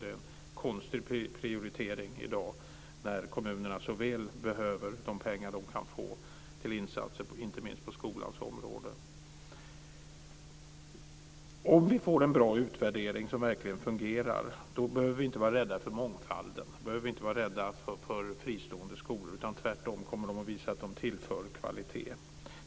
Det är en konstig prioritering i dag när kommunerna så väl behöver de pengar de kan få till insatser inte minst på skolans område. Om vi får en bra utvärdering som verkligen fungerar så behöver vi inte vara rädda för mångfalden. Då behöver vi inte vara rädda för fristående skolor. De kommer tvärtom att visa att de tillför kvalitet.